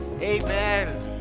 Amen